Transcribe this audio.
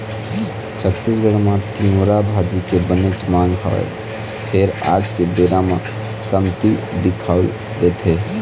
छत्तीसगढ़ म तिंवरा भाजी के बनेच मांग हवय फेर आज के बेरा म कमती दिखउल देथे